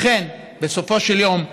אכן, בסופו של יום,